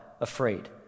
afraid